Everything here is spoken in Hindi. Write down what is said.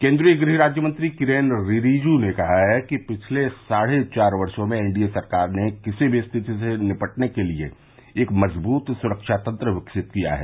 केन्द्रीय गृह राज्य मंत्री किरेन रिजिजू ने कहा है कि पिछले साढ़े चार वर्षो में एनडीए सरकार ने किसी भी स्थिति से निपटने के लिए एक मजबूत सुरक्षा तंत्र विकसित किया है